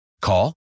Call